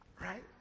right